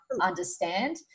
understand